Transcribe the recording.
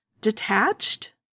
detached